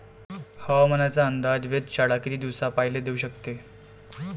हवामानाचा अंदाज वेधशाळा किती दिवसा पयले देऊ शकते?